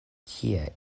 tie